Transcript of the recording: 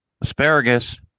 Asparagus